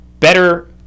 Better